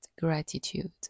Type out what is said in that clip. gratitude